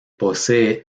posee